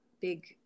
big